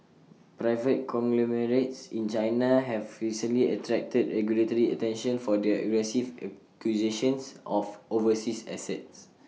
private conglomerates in China have recently attracted regulatory attention for their aggressive acquisitions of overseas assets